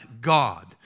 God